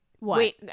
Wait